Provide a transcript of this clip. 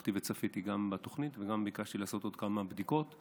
הלכתי וצפיתי גם בתוכנית וגם ביקשתי לעשות עוד כמה בדיקות,